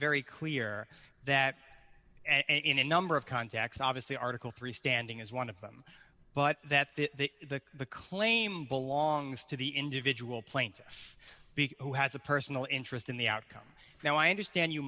very clear that and in a number of contacts obviously article three standing is one of them but that the the the claim belongs to the individual plaintiff b who has a personal interest in the outcome now i understand you